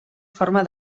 forma